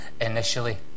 initially